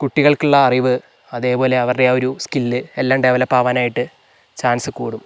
കുട്ടികൾക്കുള്ള അറിവ് അതേപോലെ അവരുടെ ആ ഒരു സ്കിൽ എല്ലാം ഡെവലപ്പാകാനായിട്ട് ചാൻസ് കൂടും